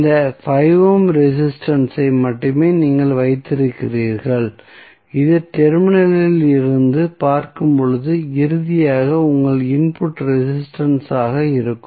இந்த 5 ohm resistance ஐ மட்டுமே நீங்கள் வைத்திருக்கிறீர்கள் இது டெர்மினலில் இருந்து பார்க்கும்போது இறுதியாக உங்கள் இன்புட் ரெசிஸ்டன்ஸ் ஆக இருக்கும்